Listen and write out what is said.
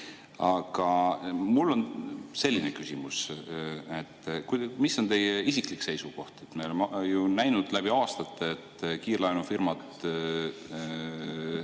Aga mul on selline küsimus. Mis on teie isiklik seisukoht? Me oleme ju näinud läbi aastate, et kiirlaenufirmad